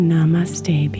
Namaste